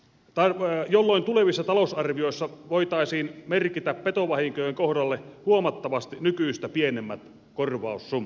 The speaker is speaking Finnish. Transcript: tarkkoja jolloin tulevissa talousarvioissa voitaisiin merkitä petovahinkojen kohdalle huomattavasti nykyistä pienemmät korvaussummat